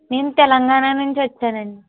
నేను తెలంగాణ నుంచి వచ్చానండి